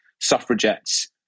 Suffragettes